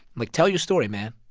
like, tell your story, man.